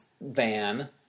van